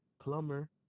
plumber